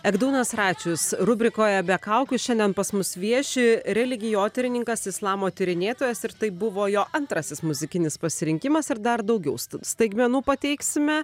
egdunas račius rubrikoje be kaukių šiandien pas mus vieši religijotyrininkas islamo tyrinėtojas ir tai buvo jo antrasis muzikinis pasirinkimas ir dar daugiau staigmenų pateiksime